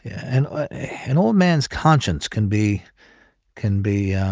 and an old man's conscience can be can be